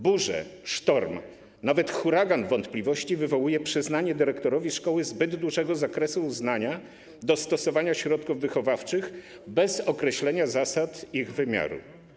Burze, sztorm, nawet huragan wątpliwości wywołuje przyznanie dyrektorowi szkoły zbyt dużego zakresu uznania odnośnie do stosowania środków wychowawczych bez określenia zasad, ich wymiaru.